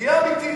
תהיה אמיתי,